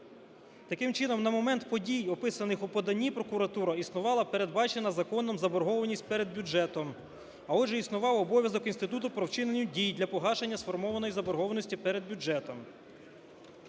Таким чином, на момент подій, описаних у поданні прокуратури, існувала передбачена законом заборгованість перед бюджетом, а, отже, існував обов'язок інституту по вчинення дій для погашення сформованої заборгованості перед бюджетом.